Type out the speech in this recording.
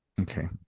okay